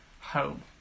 home